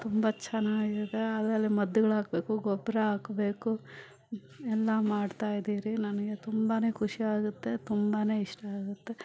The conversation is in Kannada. ತುಂಬ ಚೆನ್ನಾಗಿದೆ ಅದರಲ್ಲಿ ಮದ್ದುಗಳು ಹಾಕ್ಬೇಕು ಗೊಬ್ಬರ ಹಾಕ್ಬೇಕು ಎಲ್ಲ ಮಾಡ್ತಾಯಿದ್ದೀವ್ರಿ ನನಗೆ ತುಂಬನೇ ಖುಷಿಯಾಗುತ್ತೆ ತುಂಬನೇ ಇಷ್ಟ ಆಗುತ್ತೆ